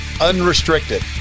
Unrestricted